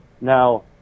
Now